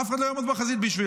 אף אחד לא יעמוד בחזית בשבילנו.